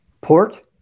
port